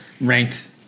ranked